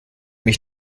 mich